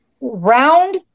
round